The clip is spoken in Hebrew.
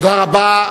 תודה רבה.